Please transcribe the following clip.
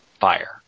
Fire